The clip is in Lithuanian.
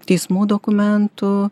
teismų dokumentų